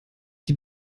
die